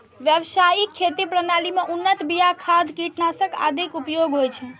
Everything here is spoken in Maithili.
व्यावसायिक खेती प्रणाली मे उन्नत बिया, खाद, कीटनाशक आदिक उपयोग होइ छै